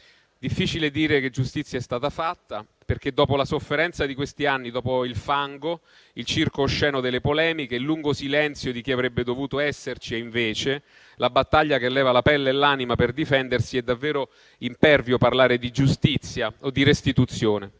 Difficile dire che giustizia è stata fatta, perché dopo la sofferenza di questi anni, dopo il fango, il circo osceno delle polemiche, il lungo silenzio di chi "avrebbe dovuto esserci e invece", la battaglia che leva la pelle e l'anima per difendersi, è davvero impervio parlare di giustizia o di restituzione.